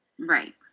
Right